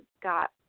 got